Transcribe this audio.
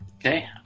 Okay